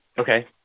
Okay